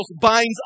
binds